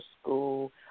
school